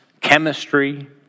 chemistry